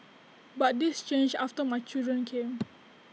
but this changed after my children came